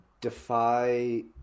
Defy